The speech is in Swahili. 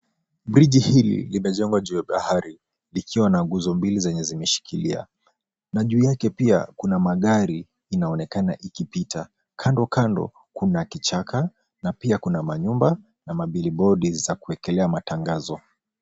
Bridge hili limejengwa juu ya bahari likiwa na nguzo mbili zenye zimeshikilia na juu yake pia kuna magari inaonekana ikipita kando kando kuna kichaka na pia kuna manyumba, na ma billboard za kuwekelea matangazo.